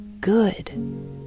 good